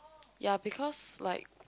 ya because like